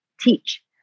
teach